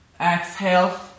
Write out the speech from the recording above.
Exhale